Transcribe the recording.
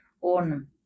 on